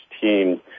team